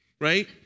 right